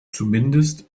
zumindest